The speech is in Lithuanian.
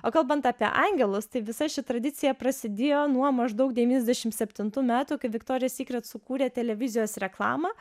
o kalbant apie angelus tai visa ši tradicija prasidėjo nuo maždaug devyniasdešimt septintų metų kai viktorija sykret sukūrė televizijos reklamą